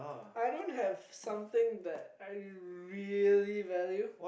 I don't have something that I really value